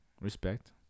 respect